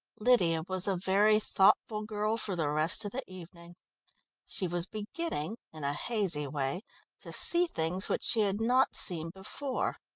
lydia was a very thoughtful girl for the rest of the evening she was beginning in a hazy way to see things which she had not seen before.